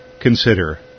consider